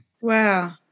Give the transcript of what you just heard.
Wow